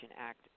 Act